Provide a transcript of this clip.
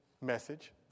message